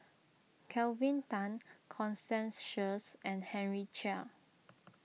Kelvin Tan Constance Sheares and Henry Chia